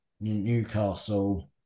Newcastle